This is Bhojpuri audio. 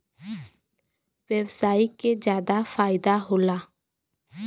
व्यवसायी के जादा फईदा होला